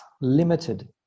limited